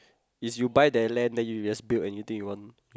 is you buy that land then you just build anything you want